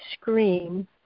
scream